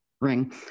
ring